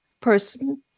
person